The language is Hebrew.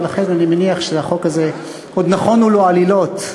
ולכן אני מניח שהחוק הזה עוד נכונו לו עלילות,